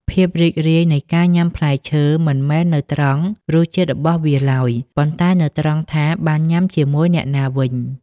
ភាពរីករាយនៃការញ៉ាំផ្លែឈើមិនមែននៅត្រង់រសជាតិរបស់វាឡើយ ប៉ុន្តែនៅត្រង់ថាបានញ៉ាំជាមួយអ្នកណាវិញ។